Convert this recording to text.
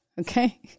Okay